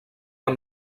amb